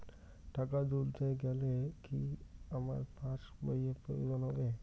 টাকা তুলতে গেলে কি আমার পাশ বইয়ের প্রয়োজন হবে?